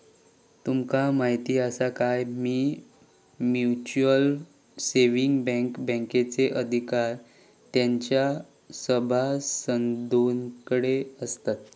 तुमका म्हायती आसा काय, की म्युच्युअल सेविंग बँकेत बँकेचे अधिकार तेंच्या सभासदांकडे आसतत